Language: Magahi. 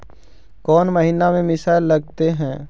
कौन महीना में मिसाइल लगते हैं?